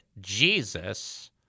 Jesus